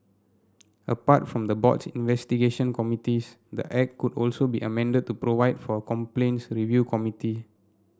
apart from the board's investigation committees the act could also be amended to provide for a complaints review committee